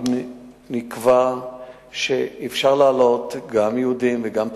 נקבע שאפשר לעלות, גם יהודים וגם תיירים,